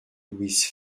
louise